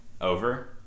over